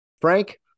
Frank